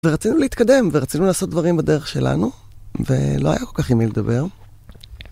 ורצינו להתקדם, ורצינו לעשות דברים בדרך שלנו ולא היה כל כך עם מי לדבר.